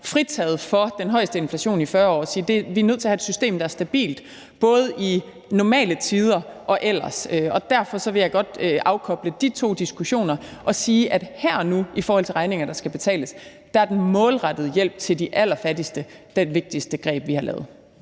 fritaget for den højeste inflation i 40 år og sige: Vi er nødt til at have et system, der er stabilt, både i normale tider og ellers. Og derfor vil jeg godt afkoble de to diskussioner fra hinanden og sige, at her og nu – i forhold til regninger, der skal betales – er den målrettede hjælp til de allerfattigste det vigtigste greb, vi har lavet.